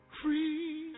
free